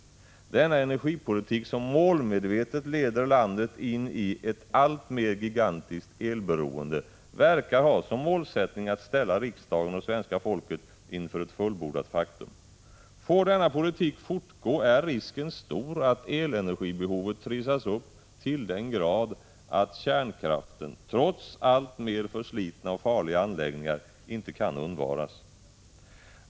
Denna energipolitik, som målmedvetet leder landet in i ett alltmer gigantiskt elberoende, verkar ha som målsättning att ställa riksdagen och svenska folket inför ett fullbordat faktum. Får denna politik fortgå är risken stor att elenergibehovet trissas upp till den grad att kärnkraften — trots alltmer förslitna och farliga anläggningar — inte kan undvaras.